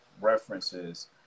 references